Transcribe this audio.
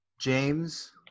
James